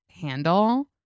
handle